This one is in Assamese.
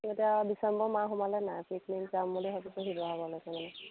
এতিয়া ডিচেম্বৰ মাহ সোমালে নাই পিকনিক যাম বুলি ভাবিছোঁ শিৱসাগৰলৈকে মানে